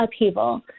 upheaval